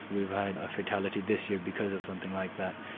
we've had a fatality this year because of something like that.